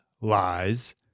lies